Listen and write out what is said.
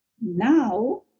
Now